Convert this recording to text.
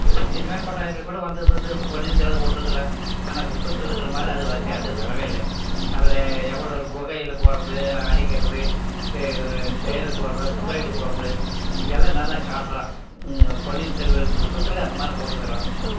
இப்போ சினிமா கொட்டாயில் கூட வந்துருந்தது பொன்னியின் செல்வன் போட்ருக்கிறான் ஆனால் புஸ்தகத்தில் இருக்கிற மாதிரி அது வரலே அது வரவே இல்லை அதில் அவள ஒரு குகையில் போடுவது அடைக்கிறது தேர் தேர் போவது குதிரைல போவது இது எல்லாம் நல்லா காட்டுறான் பொன்னியின் செல்வன் புஸ்தகத்தில் அந்த மாதிரி போட்ருக்கிறான்